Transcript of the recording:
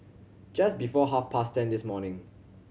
just before half past ten this morning